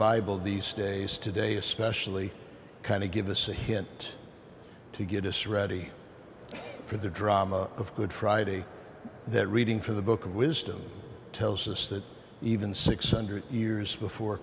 bible these days today especially kind of give us a hint to get a strategy for the drama of good friday that reading from the book of wisdom tells us that even six hundred years before